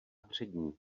přední